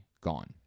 gone